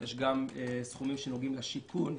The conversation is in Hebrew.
יש גם סכומים שנוגעים לשיכון,